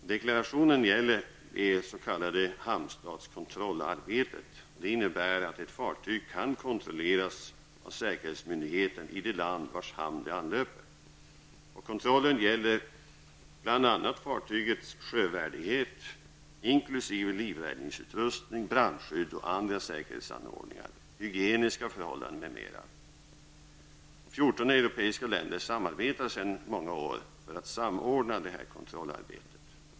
Deklarationen gäller det s.k. hamnstadskontrollarbetet. Det innebär att ett fartyg kan kontrolleras av säkerhetsmyndigheten i det land vars hamn det anlöper. Kontrollen gäller bl.a. fartygets sjövärdighet, inkl. livräddningsutrustning, brandskydd och andra säkerhetsanordningar, hygieniska förhållanden, m.m. 14 europeiska länder samarbetar sedan många år för att samordna det kontrollarbetet.